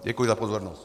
Děkuji za pozornost.